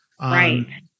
Right